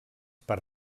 per